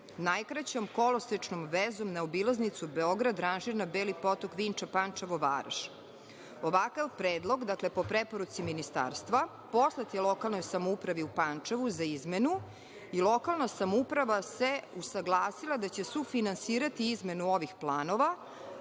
najkraćom kolosečnom vezom na obilaznicu Beograd-Ranžirna-Beli Potok-Vinča-Pančevo-Varoš. Ovakav predlog, dakle, po preporuci ministarstva, poslat je lokalnoj samoupravi u Pančevu za izmenu i lokalna samouprava se usaglasila da će sufinansirati izmenu ovih planova,